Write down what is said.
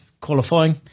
qualifying